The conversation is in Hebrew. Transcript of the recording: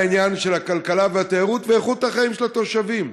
העניין של הכלכלה והתיירות ואיכות החיים של התושבים.